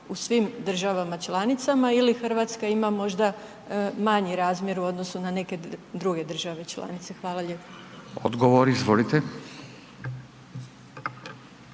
u svim državama članicama ili Hrvatska ima možda manji razmjer u odnosu na neke druge države članice? Hvala lijepo. **Radin,